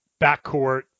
backcourt